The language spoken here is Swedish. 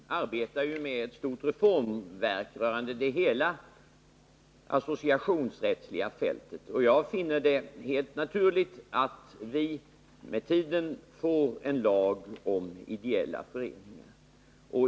Nr 37 Herr talman! Vi arbetar ju med ett stort reformverk rörande hela det Torsdagen den associationsrättsliga fältet, och jag finner det helt naturligt att vi med tiden 26 november 1981 får en lag om ideella föreningar.